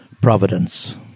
Providence